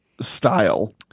style